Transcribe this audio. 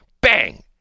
Bang